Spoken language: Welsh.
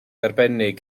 arbennig